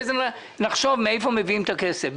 ואחר כך נחשוב מאיפה מביאים את הכסף.